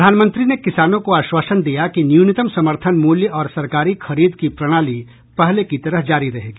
प्रधानमंत्री ने किसानों को आश्वासन दिया कि न्यूनतम समर्थन मूल्य और सरकारी खरीद की प्रणाली पहले की तरह जारी रहेगी